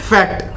Fact